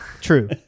true